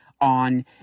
on